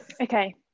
Okay